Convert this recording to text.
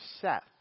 Seth